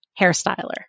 Hairstyler